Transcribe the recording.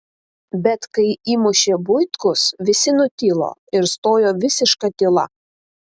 bet kai įmušė buitkus visi nutilo ir stojo visiška tyla